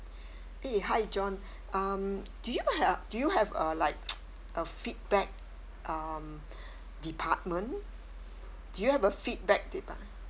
eh hi john um do you have do you have uh like a feedback um department do you have a feedback depar~